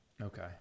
Okay